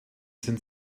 sind